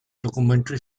documentary